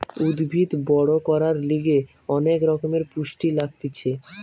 উদ্ভিদ বড় করার লিগে অনেক রকমের পুষ্টি লাগতিছে